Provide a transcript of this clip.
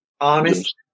Honest